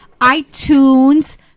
iTunes